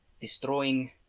Destroying